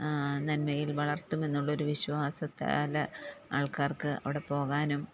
നന്മയിൽ വളർത്തുമെന്നുള്ളൊരു വിശ്വാസത്താല് ആൾക്കാർക്ക് അവിടെ പോകാനും